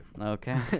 Okay